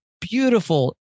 beautiful